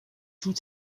tout